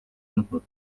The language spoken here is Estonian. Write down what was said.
nutma